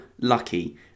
lucky